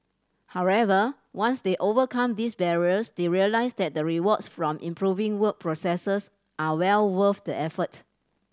however once they overcome these barriers they realise that the rewards from improving work processes are well worth the effort